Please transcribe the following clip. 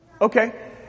Okay